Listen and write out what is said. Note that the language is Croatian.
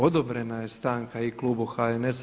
Odobrena je stanka i Klubu HNS-a.